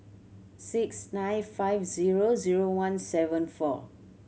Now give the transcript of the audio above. six nine five zero zero one seven four